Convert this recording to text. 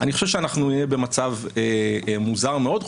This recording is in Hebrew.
אני חושב שנהיה במצב מוזר מאוד.